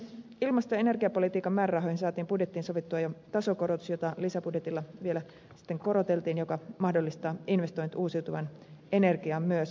ilmasto ja energiapolitiikan määrärahoihin saatiin budjettiin sovittua jo tasokorotus jota lisäbudjetilla vielä koroteltiin joka mahdollistaa investoinnit uusiutuvaan energiaan myös